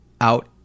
out